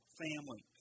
family